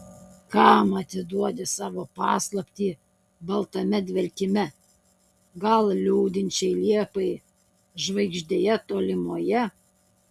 kam atiduodi savo paslaptį baltame dvelkime gal liūdinčiai liepai žvaigždėje tolimoje